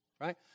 right